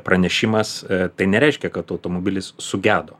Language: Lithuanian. pranešimas tai nereiškia kad automobilis sugedo